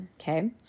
okay